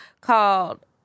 called